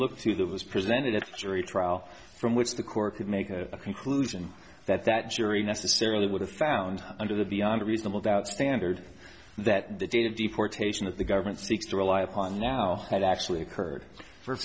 look to that was presented at jury trial from which the court could make a conclusion that that jury necessarily would have found under the beyond reasonable doubt standard that the data deportation that the government seeks to rely upon now had actually occurred for